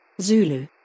Zulu